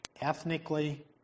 ethnically